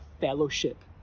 fellowship